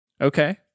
okay